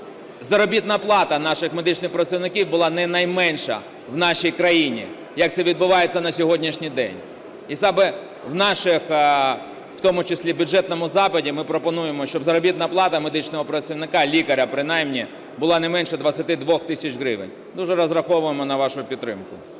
заробітна плата наших медичних працівників була не найменша в нашій країні, як це відбувається на сьогоднішній день. І саме в наших... в тому числі бюджетному запиті ми пропонуємо, щоб заробітна плата медичного працівника, лікаря принаймні, була не менше 22 тисяч гривень. Дуже розраховуємо на вашу підтримку.